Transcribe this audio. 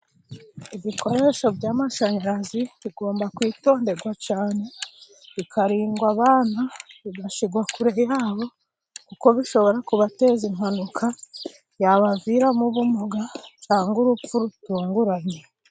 Ibikoresho by'amashanyarazi bigomba kwitonderwa cyane ,bikarindwa abana bigashyirwa kure yabo, kuko bishobora kubateza impanuka, yabaviramo ubumuga cyangwa urupfu rutunguranye.